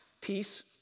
Peace